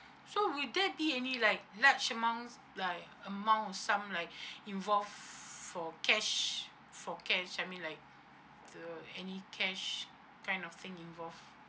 so will there be any like large amount like amount of sum like involve for cash for cash I mean like the any cash kind of thing involved